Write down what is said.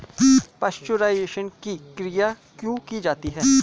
Pasteurisation की क्रिया क्यों की जाती है?